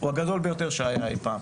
הוא הגדול ביותר שהיה אי פעם.